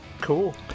Cool